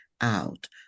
out